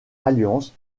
alliances